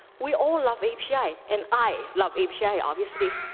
we all love asia and i love a b j, obviously,